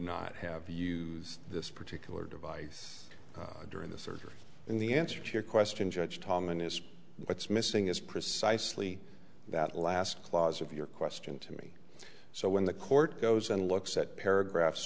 not have used this particular device during the surgery and the answer to your question judge hominis what's missing is precisely that last clause of your question to me so when the court goes and looks at paragraphs